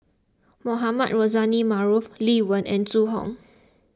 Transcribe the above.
Mohamed Rozani Maarof Lee Wen and Zhu Hong